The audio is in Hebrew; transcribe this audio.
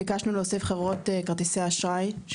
ביקשנו להוסיף את חברות כרטיסי האשראי.